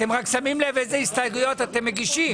אתם רק שמים לב איזה הסתייגויות אתם מגישים.